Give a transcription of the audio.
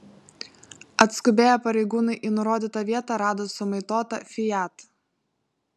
atskubėję pareigūnai į nurodytą vietą rado sumaitotą fiat